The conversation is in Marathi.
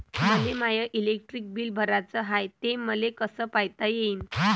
मले माय इलेक्ट्रिक बिल भराचं हाय, ते मले कस पायता येईन?